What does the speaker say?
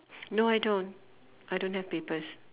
no I don't I don't have papers